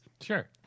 Sure